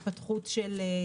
להתפתחות של התעשייה.